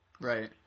Right